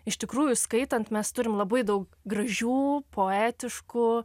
iš tikrųjų skaitant mes turim labai daug gražių poetiškų